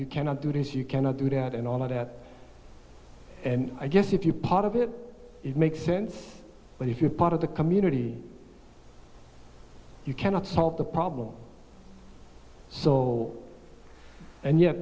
you cannot do this you cannot do that and all of that and i guess if you're part of it it makes sense but if you're part of the community you cannot solve the problem so and yet